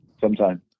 sometime